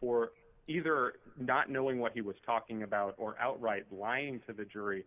for either not knowing what he was talking about or outright lying to the jury